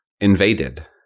invaded